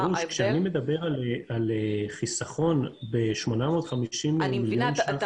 כשאני מדבר על חיסכון ב-850 מיליון שקלים --- אני מבינה,